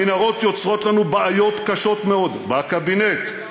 המנהרות יוצרות לנו בעיות קשות מאוד, בקבינט,